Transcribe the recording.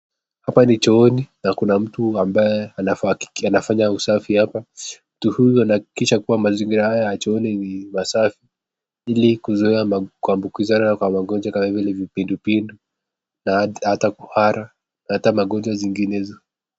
Hapa ni chooni na kuna mtu ambaye anafanya usafi hapa, mtu huyu anahakikisha kuwa mazingira haya ya chooni ni masafi, ili kuzoea kuambukizwa ya magonjwa kama vile kipindupindu, na hata kuhara, na hata magojwa zinginezo.